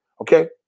okay